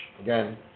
again